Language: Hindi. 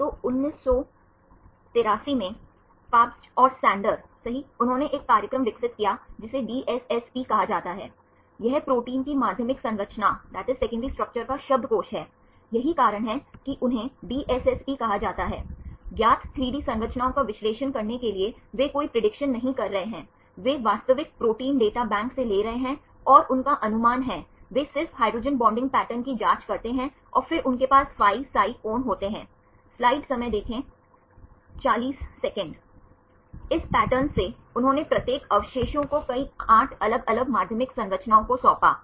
हमने विभिन्न विशेषताओं या गुणों के बारे में चर्चा की जैसे कि हमने अमीनो एसिड की घटना संरचना आणविक भार औसत गुण हाइड्रोफोबिसिटी प्रोफाइल के बारे में चर्चा की और कैसे प्रोफाइल का निर्माण किया और फिर अनुक्रमों को कैसे संरेखित किया जाए हमने अलग अलग संरेखण विधियों के बारे में चर्चा की कि कैसे एक अनुक्रम की पहचान करें जो आपके स्वयं के अनुक्रम से निकटता से संबंधित है